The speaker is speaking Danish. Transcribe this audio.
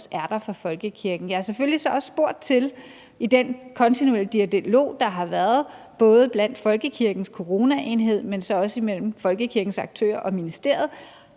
altså også er der for folkekirken. Jeg har selvfølgelig også spurgt til, om der i den kontinuerlige dialog, der har været både blandt folkekirkens coronaenhed, men også mellem folkekirkens aktører og ministeriet,